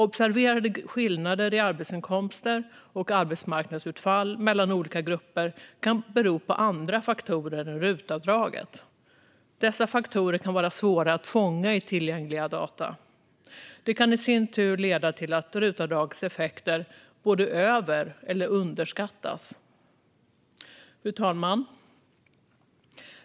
Observerade skillnader i arbetsinkomster och arbetsmarknadsutfall mellan olika grupper kan bero på andra faktorer än RUT-avdraget. Dessa faktorer kan vara svåra att fånga i tillgängliga data. Det kan i sin tur leda till att RUT-avdragets effekter både över och underskattas. Fru talman!